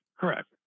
Correct